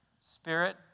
Spirit